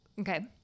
Okay